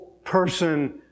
person